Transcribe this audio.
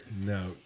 No